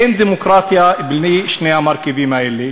אין דמוקרטיה בלי שני המרכיבים האלה,